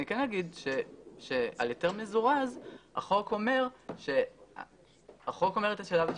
אני כן אומר שעל היתר מזורז החוק אומר את השלב השני.